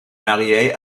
mariée